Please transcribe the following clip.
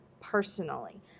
personally